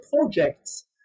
projects